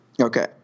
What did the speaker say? Okay